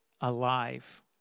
alive